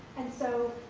and so,